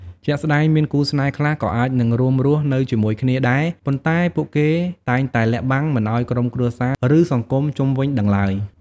ជាក់ស្តែង មានគូស្នេហ៍ខ្លះក៏អាចនឹងរួមរស់នៅជាមួយគ្នាដែរ ប៉ុន្តែពួកគេតែងតែ លាក់បាំង មិនឱ្យក្រុមគ្រួសារ ឬសង្គមជុំវិញដឹងឡើយ។